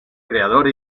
creador